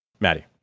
Maddie